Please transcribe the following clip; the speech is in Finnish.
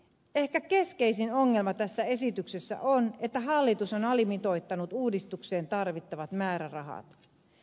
ehkä keskeisin ongelma tässä esityksessä on että hallitus on alimitoittanut uudistukseen tarvittavat määrärahat